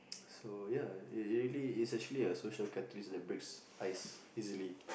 so ya it really is actually social catalyst that breaks ice easily